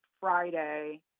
Friday